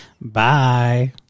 Bye